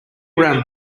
brown